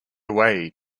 away